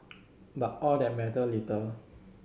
but all that mattered little